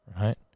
right